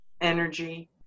energy